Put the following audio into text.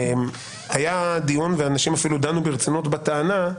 אנשים דנו ברצינות בטענה,